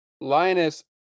Linus